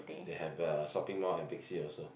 they have uh shopping mall at Big-C also